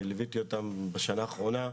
ליוויתי אותם בשנה האחרונה,